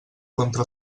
contra